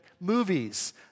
movies